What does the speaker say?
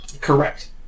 Correct